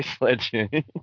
legend